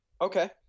Okay